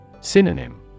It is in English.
Synonym